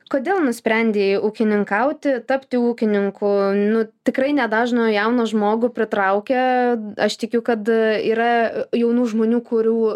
kodėl nusprendei ūkininkauti tapti ūkininku nu tikrai ne dažno jauno žmogų pritraukia aš tikiu kad yra jaunų žmonių kurių